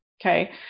okay